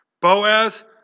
Boaz